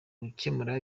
gukemura